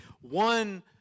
one